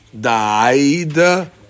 died